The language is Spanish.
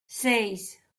seis